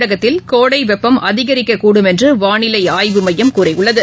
தமிழகத்தில் கோடைவெப்பம் அதிகரிக்கக்கூடும் என்றுவானிலைஆய்வு மையம் கூறியுள்ளது